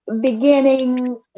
beginning